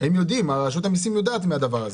רשות המיסים יודעת מהדבר הזה.